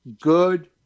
good